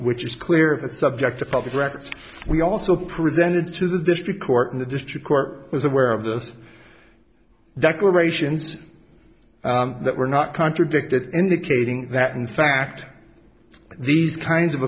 which is clear the subject of public records we also presented to the district court in the district court was aware of those declarations that were not contradicted indicating that in fact these kinds of